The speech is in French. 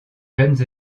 jeunes